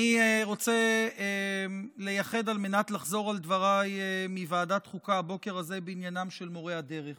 אני רוצה לחזור על דבריי מוועדת חוקה הבוקר הזה בעניינם של מורי הדרך